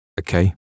okay